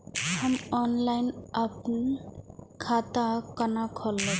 हम ऑनलाइन अपन खाता केना खोलाब?